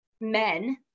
men